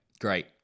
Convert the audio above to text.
great